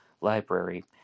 library